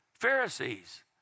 Pharisees